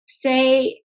Say